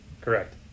Correct